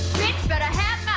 better have